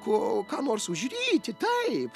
kol ką nors užryti taip